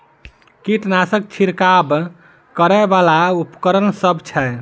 कीटनासक छिरकाब करै वला केँ उपकरण सब छै?